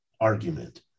argument